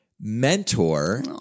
mentor